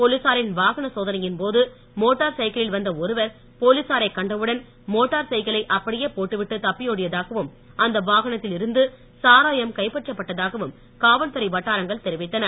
போலீசாரின் வாகன சோதனையின் போது மோட்டார் சைக்கிளில் வந்த ஒருவர் போலீசாரை கண்டவுடன் மோட்டார் சைக்கிளை அப்படியே போட்டுவிட்டு தப்பியோடியதாகவும் அந்த வாகனத்தில் இருந்து சாராயம் கைப்பற்றப்பட்டதாகவும் காவல்துறை வட்டாரங்கள் தெரிவித்தன